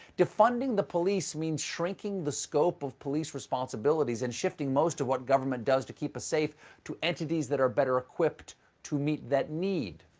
defunding the police means shrinking the scope of police responsibilities and shifting most of what government does to keep us safe to entities that are better equipped to meet that need.